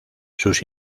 sus